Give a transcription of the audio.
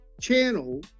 channel